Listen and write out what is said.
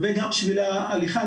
וגם שבילי הליכה.